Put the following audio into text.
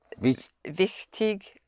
wichtig